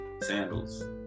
sandals